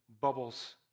bubbles